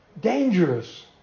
dangerous